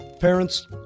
Parents